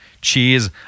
Cheers